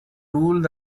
rules